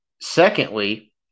secondly